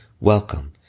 Welcome